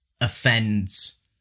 offends